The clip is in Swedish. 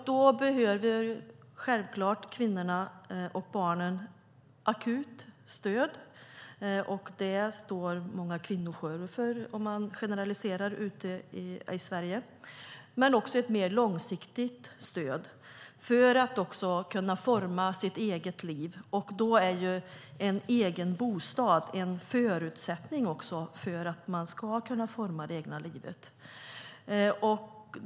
Då behöver kvinnorna och barnen självklart akut stöd, och det står många kvinnojourer för i Sverige - om man generaliserar - men också ett mer långsiktigt stöd för att kunna forma sitt eget liv. Då är egen bostad en förutsättning för att man ska kunna forma det egna livet.